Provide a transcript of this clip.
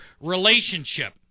relationship